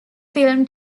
film